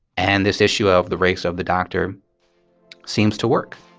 and this issue of the race of the doctor seems to work